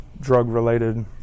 drug-related